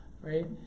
right